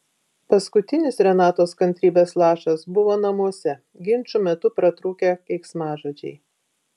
paskutinis renatos kantrybės lašas buvo namuose ginčų metu pratrūkę keiksmažodžiai